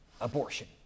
Abortion